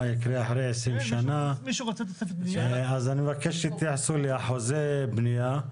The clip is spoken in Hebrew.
אז אני מבקש שתתייחסו לאחוזי בנייה,